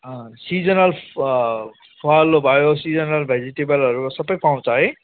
seasonal फल भयो seasonal भेजिटेबलहरू सबै पाउँछ है